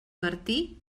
martí